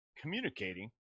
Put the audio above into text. communicating